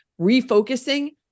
Refocusing